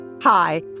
Hi